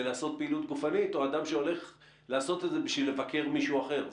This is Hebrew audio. לעשות פעילות גופנית לאדם שהולך לעשות את זה בשביל לבקר מישהו אחר.